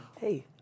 Hey